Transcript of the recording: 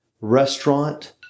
restaurant